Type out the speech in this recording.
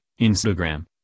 Instagram